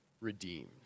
redeemed